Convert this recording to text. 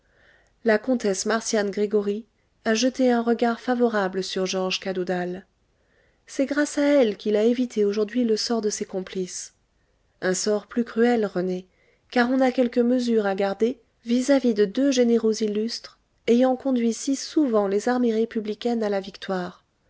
la comtesse marcian gregoryi a jeté un regard favorable sur georges cadoudal c'est grâce à elle qu'il a évité aujourd'hui le sort de ses complices un sort plus cruel rené car on a quelques mesures à garder vis-à-vis de deux généraux illustres ayant conduit si souvent les armées républicaines à la victoire